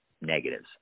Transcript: negatives